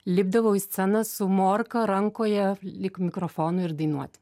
lipdavau į sceną su morka rankoje lyg mikrofonu ir dainuoti